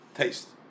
taste